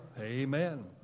Amen